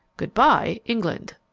good-by, england!